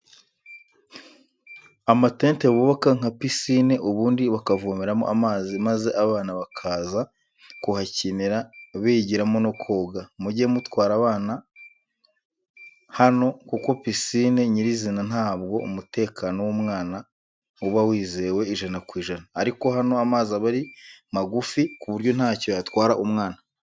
Amatente bubaka nka pisine ubundi bakavomeramo amazi maze abana bakaza kuhakinira bigiramo no koga muge mutwara abana hano kuko pisine nyirizina ntabwo umtekano w'umwana ba wizewe ijana ku ijana ariko hano amazi aba ari magufi kuburyo ntacyo yatwara umwana.